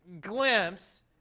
glimpse